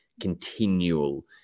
continual